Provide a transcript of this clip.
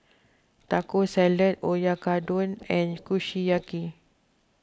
Taco Salad Oyakodon and Kushiyaki